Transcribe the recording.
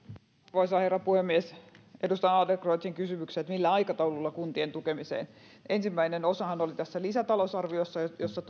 arvoisa herra puhemies edustaja adlercreutzin kysymykseen että millä aikataululla kuntien tukemiseen ensimmäinen osahan oli tässä lisätalousarviossa jossa